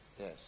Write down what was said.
yes